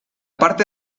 parte